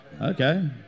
Okay